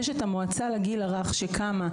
יש את המועצה לגיל הרך שקמה,